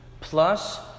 plus